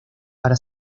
para